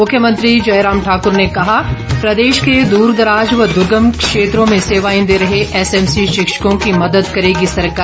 मुख्यमंत्री जयराम ठाकूर ने कहा प्रदेश के दूरदराज व दूर्गम क्षेत्रों क्षेत्रों में सेवाएं दे रहे एसएमसी शिक्षकों की मदद करेगी सरकार